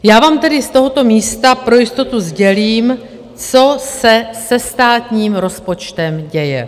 Já vám tedy z tohoto místa pro jistotu sdělím, co se se státním rozpočtem děje.